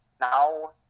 now